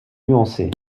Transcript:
nuancée